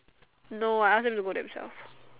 no I ask them to go themselves